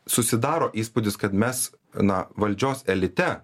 susidaro įspūdis kad mes na valdžios elite